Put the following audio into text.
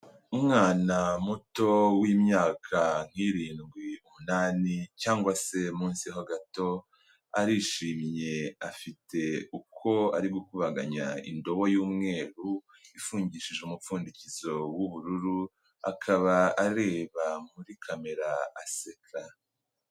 Umwana muto w'imyaka nk'irindwi umunani cyangwa se munsiho gato, arishimye afite uko ari gukubaganya indobo y'umweru ifungishije umupfundikizo w'ubururu, akaba areba muri kamera aseka.